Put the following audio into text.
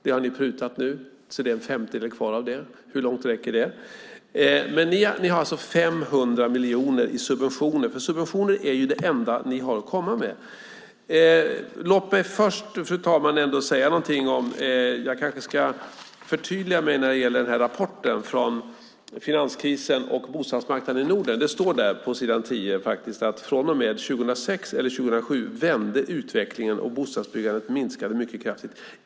Det har ni nu prutat så att det är en femtedel kvar av det. Hur långt räcker det? Ni har 500 miljoner i subventioner, och subventioner är det enda ni har att komma med. Fru talman! Jag kanske ska förtydliga mig när det gäller rapporten Finanskrisen och bostadsmarknaden i Norden . Det står där på s. 10 att från och med 2006 eller 2007 vände utvecklingen och bostadsbyggandet minskade mycket kraftigt.